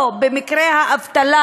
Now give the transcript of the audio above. או מקרי האבטלה,